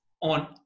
on